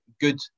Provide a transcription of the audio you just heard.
good